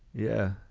yeah.